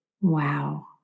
Wow